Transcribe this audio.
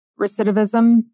recidivism